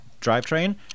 drivetrain